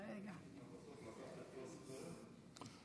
בסוף לקחת את כל הסוכריות?